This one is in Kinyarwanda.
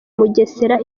mugesera